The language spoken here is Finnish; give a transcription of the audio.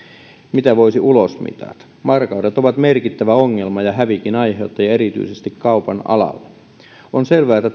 mitä voisi ulosmitata varkaudet ovat merkittävä ongelma ja hävikin aiheuttaja erityisesti kaupan alalla on selvää että